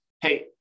hey